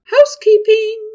Housekeeping